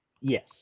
Yes